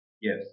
Yes